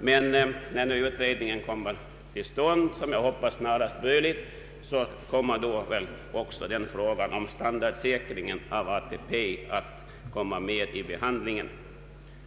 men när utredningen börjar med sitt arbete — jag hoppas att den kommer i gång snarast möjligt — blir väl också frågan om standardsäkring av ATP föremål för behandling.